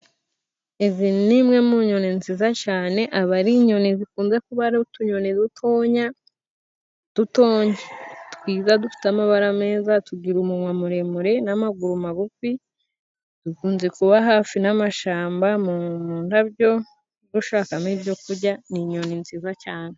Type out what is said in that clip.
Izi ni imwe mu nyoni nziza cyane. Aba ari inyoni zikunze kuba ari utunyoni dutonya, dutonya, twiza dufite amabara meza. Tugira umunwa muremure n'amaguru magufi, dukunze kuba hafi n'amashamba, mu ndabyo dushakamo ibyo kurya, ni inyoni nziza cyane.